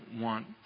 want